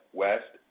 west